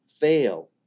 fail